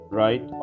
right